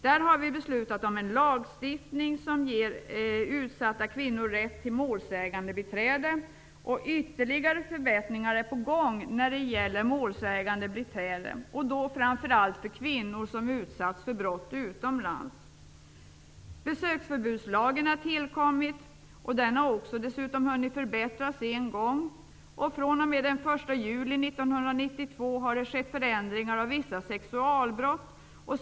Där har vi beslutat om en lagstiftning som ger utsatta kvinnor rätt till målsägandebiträde, och ytterligare förbättringar är på gång när det gäller målsägandebiträde, och då framför allt för kvinnor som utsatts för brott utomlands. Besöksförbudslagen har tillkommit, och den har dessutom hunnit förbättras en gång. Den 1 juli 1992 infördes förändringar i fråga om vissa sexualbrott.